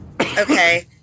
okay